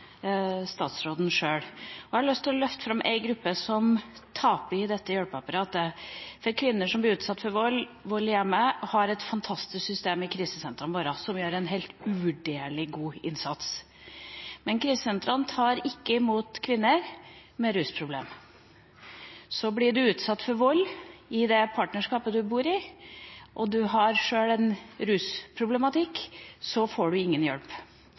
statsråden sjøl. Jeg har lyst til å løfte fram en gruppe som taper i dette hjelpeapparatet. Kvinner som blir utsatt for vold i hjemmet, har et fantastisk system i krisesentrene våre, som gjør en uvurderlig god innsats. Men krisesentrene tar ikke imot kvinner med rusproblem. Så blir du utsatt for vold i det partnerskapet du er i, og du har rusproblematikk, får du ingen hjelp.